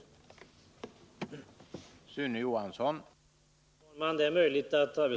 Fredagen den